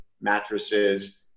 mattresses